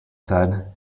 said